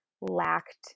lacked